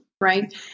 right